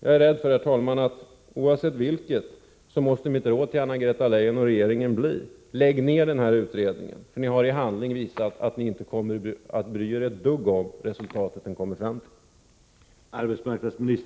Jag är rädd för, herr talman, att oavsett om jag får ett sådant eller ej, så måste mitt råd till Anna-Greta Leijon bli: Lägg ner den här utredningen, för ni har i handling visat att ni inte kommer att bry er ett dugg om det resultat den kommer fram till.